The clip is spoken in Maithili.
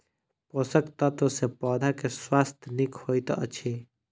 पोषक तत्व सॅ पौधा के स्वास्थ्य नीक होइत अछि